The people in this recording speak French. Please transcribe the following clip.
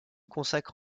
consacre